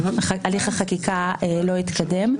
הליך החקיקה לא התקדם.